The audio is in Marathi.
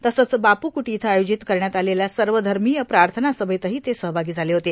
तसंच बापू कुटी इथं आयोजित करण्यात आलेल्या सर्वधर्मिय प्राथना सभेतही ते सहभागी झाले होते